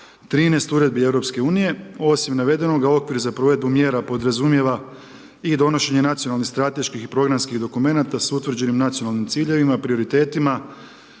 13 uredbi EU. Osim navedenoga okvir za provedbu mjera podrazumijeva i donošenje nacionalnih strateških i programskih dokumenata s utvrđenim nacionalnim ciljevima, prioritetima,